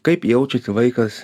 kaip jaučiasi vaikas